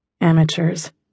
Amateurs